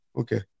Okay